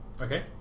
okay